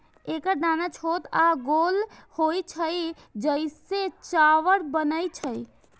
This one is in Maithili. एकर दाना छोट आ गोल होइ छै, जइसे चाउर बनै छै